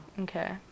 Okay